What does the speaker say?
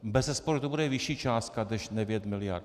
Bezesporu to bude vyšší částka než 9 mld.